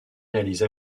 réalise